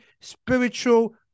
spiritual